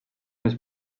més